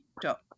dot